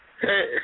Hey